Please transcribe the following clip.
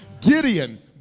Gideon